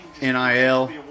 NIL